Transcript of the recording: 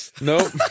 Nope